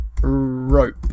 Rope